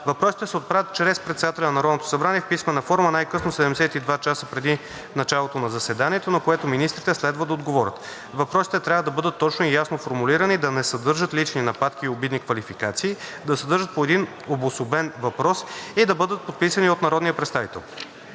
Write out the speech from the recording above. Въпросите се отправят чрез председателя на Народното събрание в писмена форма най-късно 72 часа преди началото на заседанието, на което министрите следва да отговорят. Въпросите трябва да бъдат точно и ясно формулирани, да не съдържат лични нападки и обидни квалификации, да съдържат по един обособен въпрос и да бъдат подписани от народния представител.